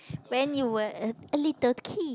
when you were a a little kid